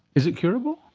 is it curable?